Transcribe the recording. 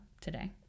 today